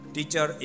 Teacher